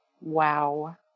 Wow